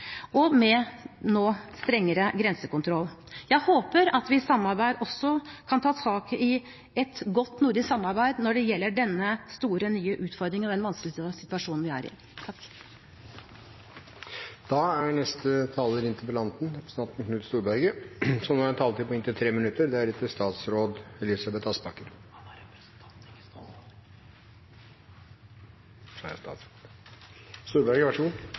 med strengere grensekontroll. Jeg håper at vi kan ta tak i et godt nordisk samarbeid når det gjelder denne store nye utfordringen og den vanskelige situasjonen vi er i. Jeg har lyst til å takke for svarene og dette anløpet til debatt. Vi er stort sett enige, men jeg oppfatter det som